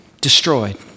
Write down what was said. destroyed